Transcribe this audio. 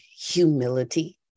humility